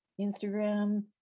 Instagram